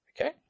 Okay